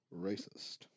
Racist